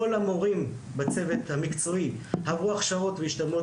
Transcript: כל המורים בצוות המקצועי עברו הכשרות והשתלמויות